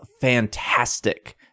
fantastic